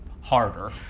harder